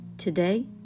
today